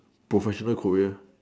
professional career